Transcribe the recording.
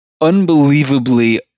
unbelievably